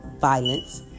Violence